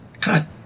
God